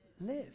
live